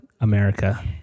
America